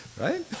Right